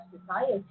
society